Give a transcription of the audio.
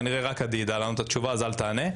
כנראה שרק עדי יידע לענות את התשובה אז אל תענה.